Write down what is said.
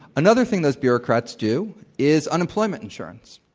another thing those bureaucrats do is unemployment insurance.